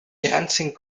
dancing